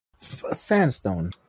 sandstone